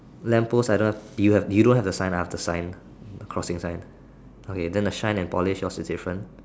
lamp post I know you have you don't have the sign ah I have the sign the crossing sign okay then the shine and polish what's the difference